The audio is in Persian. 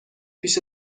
پیش